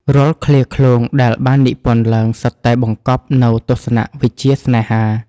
រាល់ឃ្លាឃ្លោងដែលបាននិពន្ធឡើង សុទ្ធតែបង្កប់នូវទស្សនវិជ្ជាស្នេហា